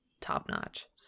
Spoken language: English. top-notch